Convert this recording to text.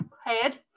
head